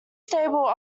stable